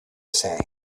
say